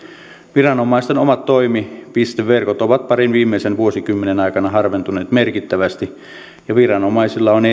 viranomaisten omat toimipisteverkot ovat parin viimeisen vuosikymmenen aikana harventuneet merkittävästi ja viranomaisilla on